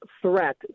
threat